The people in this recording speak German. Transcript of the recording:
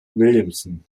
williamson